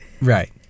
Right